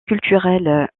culturels